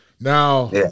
Now